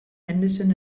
henderson